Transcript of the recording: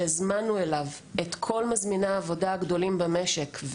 הזמנו אליו את כל מזמיני העבודה הגדולים במשק,